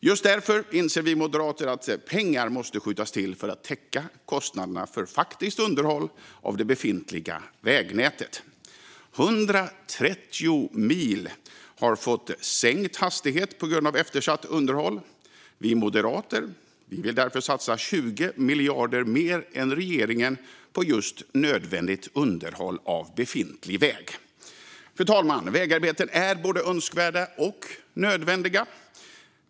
Just därför inser vi moderater att pengar måste skjutas till för att täcka kostnaderna för faktiskt underhåll av det befintliga vägnätet. 130 mil har fått sänkt hastighet på grund av eftersatt underhåll. Vi moderater vill därför satsa 20 miljarder mer än regeringen på just nödvändigt underhåll av befintlig väg. Fru talman! Vägarbeten är både önskvärda och nödvändiga.